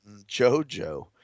JoJo